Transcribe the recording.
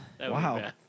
Wow